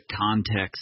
context